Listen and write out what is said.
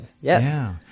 Yes